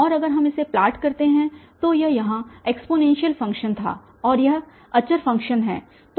और अगर हम इसे प्लॉट करते हैं तो यह यहाँ एक्सपोनेनशियल फ़ंक्शन था और यह अचर फ़ंक्शन है